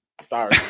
Sorry